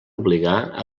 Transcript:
obligar